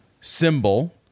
symbol—